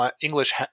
English